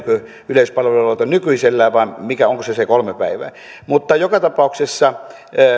yleispalveluvelvoite nykyisellään vai onko se se kolme päivää joka tapauksessa